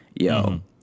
Yo